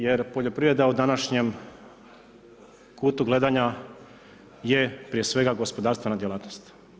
Jer poljoprivreda u današnjem kutu gledanja je prije svega gospodarstvena djelatnost.